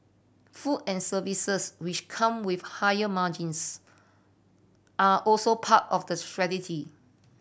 food and services which come with higher margins are also part of the strategy